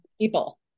people